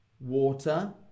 Water